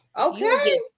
Okay